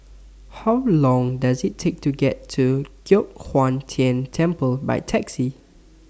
How Long Does IT Take to get to Giok Hong Tian Temple By Taxi